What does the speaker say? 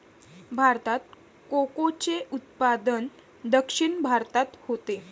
भारतात कोकोचे उत्पादन दक्षिण भारतात होते